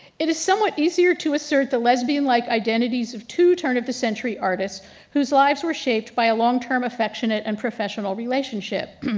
it is somewhat easier to assert the lesbian like identities of two turn of the century artists whose lives are shaped by a long-term affectionate and professional relationship,